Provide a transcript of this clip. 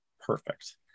perfect